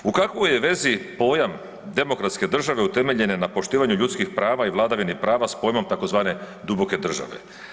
U kakvoj je vezi pojam demokratske države utemeljene na poštivanju ljudskih prava i vladavine prava s pojmom tzv. duboke države?